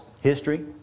history